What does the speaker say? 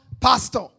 Pastor